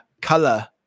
color